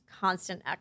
constant